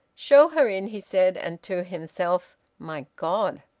show her in, he said, and to himself my god!